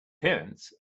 parents